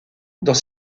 dans